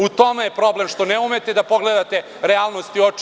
U tome je problem, što ne umete da pogledate realnosti u oči.